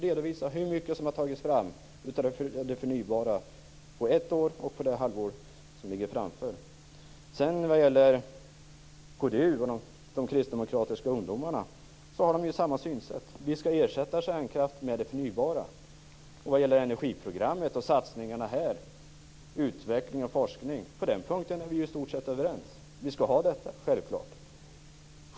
Redovisa hur mycket som har tagits fram av förnybara energikällor på ett år och hur mycket som kommer att tas fram under det kommande halvåret. När det sedan gäller KDU, de kristdemokratiska ungdomarna, så har de samma synsätt, nämligen att vi skall ersätta kärnkraft med det förnybara. Vad gäller energiprogrammet och satsningarna på utveckling och forskning är vi i stort sett överens. Det skall vi självfallet ha.